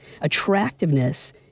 Attractiveness